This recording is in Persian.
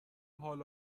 حال